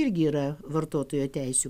irgi yra vartotojo teisių